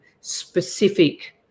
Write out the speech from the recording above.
specific